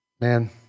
Man